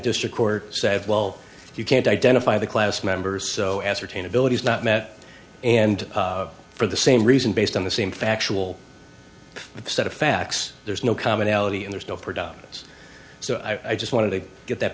district court said well you can't identify the class members so ascertain ability is not met and for the same reason based on the same factual set of facts there's no commonality and there's no predominance so i just wanted to get that